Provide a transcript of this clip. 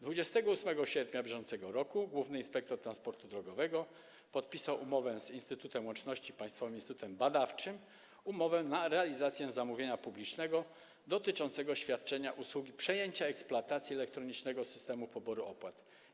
28 sierpnia br. główny inspektor transportu drogowego podpisał umowę z Instytutem Łączności - Państwowym Instytutem Badawczym umowę na realizację zamówienia publicznego dotyczącego świadczenia usługi przejęcia eksploatacji elektronicznego systemu poboru opłat.